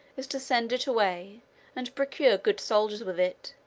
is to send it away and procure good soldiers with it,